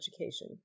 education